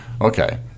okay